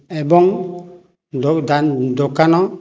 ଏବଂ ଦୋକାନ